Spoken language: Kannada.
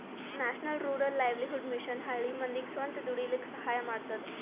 national rural livelihood mission ಹಳ್ಳಿ ಮಂದಿಗ್ ಸ್ವಂತ ದುಡೀಲಕ್ಕ ಸಹಾಯ ಮಾಡ್ತದ